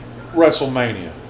WrestleMania